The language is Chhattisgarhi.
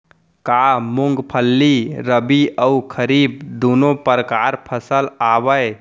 का मूंगफली रबि अऊ खरीफ दूनो परकार फसल आवय?